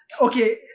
Okay